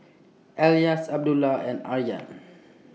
Elyas Abdullah and Aryan